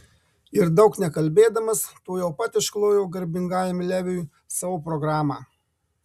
ir daug nekalbėdamas tuojau pat išklojo garbingajam leviui savo programą